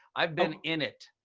i've been in it.